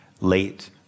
late